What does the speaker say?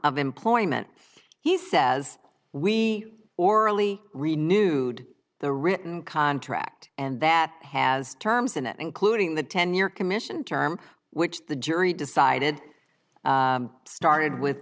of employment he says we orally renewed the written contract and that has terms in it including the tenure commission term which the jury decided started with